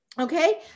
okay